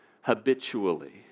Habitually